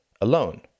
alone